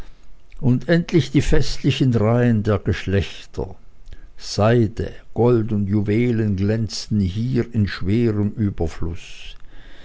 und endlich die festlichen reihen der geschlechter seide gold und juwelen glänzten hier in schwerem überfluß